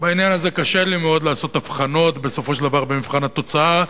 ובעניין הזה קשה לי מאוד לעשות הבחנות בסופו של דבר במבחן התוצאה,